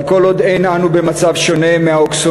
אבל כל עוד אין אנו במצב שונה מהאוקסימורון